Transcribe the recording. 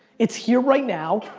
it's here right now,